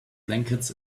blankets